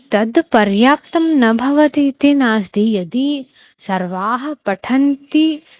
तद् पर्याप्तं न भवति इति नास्ति यदि सर्वे पठन्ति